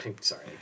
sorry